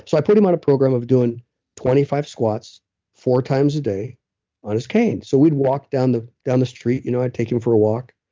so i put him on a program of doing twenty five squats four times a day on his cane. so we'd walk down the down the street, you know i'd take him for a walk.